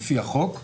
לפי החוק,